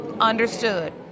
Understood